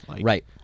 Right